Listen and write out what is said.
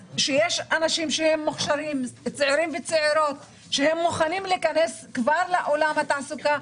כשיש צעירים וצעירות מוכשרים שמוכנים להיכנס לעולם התעסוקה,